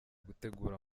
gutegura